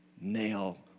nail